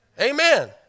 amen